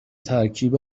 ترکیب